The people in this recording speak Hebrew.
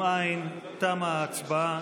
אם אין, תמה ההצבעה.